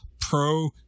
pro